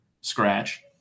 scratch